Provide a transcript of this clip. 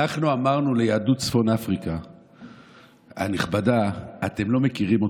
אנחנו אמרנו ליהדות צפון אפריקה הנכבדה: אתם לא מכירים אותם,